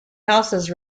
houses